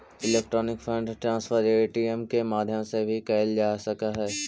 electronic fund transfer ATM के माध्यम से भी कैल जा सकऽ हइ